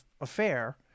affair